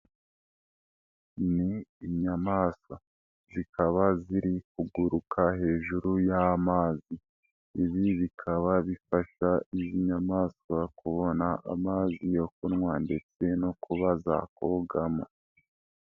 Ni inyamaswa zikaba ziri kuguruka hejuru y'amazi. Ibi bikaba bifasha iz'inyamaswa kubona amazi yo kunywa ndetse no kuba zakogama.